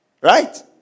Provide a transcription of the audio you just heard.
Right